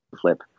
flip